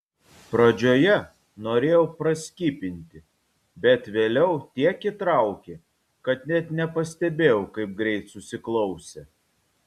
pradžioje norėjau praskipinti bet vėliau tiek įtraukė kad net nepastebėjau kaip greit susiklausė